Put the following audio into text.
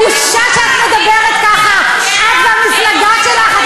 בושה שאת מדברת ככה, את והמפלגה שלך.